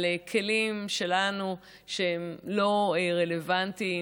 בכלים שלנו כמחוקקים שהם לא רלוונטיים,